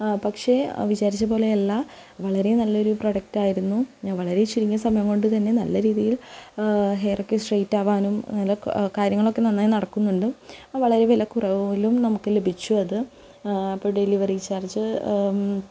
പക്ഷെ വിചാരിച്ച പോലെയല്ല വളരെ നല്ലൊരു പ്രൊഡക്റ്റായിരുന്നു ഞാൻ വളരെ ചുരുങ്ങിയ സമയം കൊണ്ട് തന്നെ നല്ലരീതിയിൽ ഹെയറൊക്കെ സ്റ്റെട്രെറ്റാവാനും കാര്യങ്ങളൊക്കെ നന്നായി നടക്കുന്നുണ്ട് വളരെ വില കുറവിലും നമുക്ക് ലഭിച്ചു അത് ഇപ്പോൾ ഡെലിവറി ചാർജ്